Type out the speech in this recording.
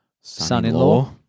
son-in-law